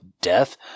death